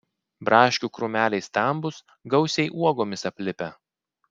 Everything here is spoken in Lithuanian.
braškių krūmeliai stambūs gausiai uogomis aplipę